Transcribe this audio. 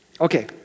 Okay